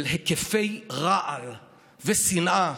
עם היקפי רעל ושנאה,